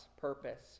purpose